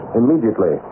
immediately